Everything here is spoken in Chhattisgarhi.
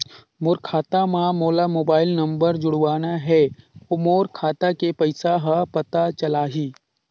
मोर खाता मां मोला मोबाइल नंबर जोड़वाना हे मोर खाता के पइसा ह पता चलाही?